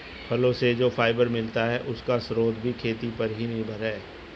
फलो से जो फाइबर मिलता है, उसका स्रोत भी खेती पर ही निर्भर है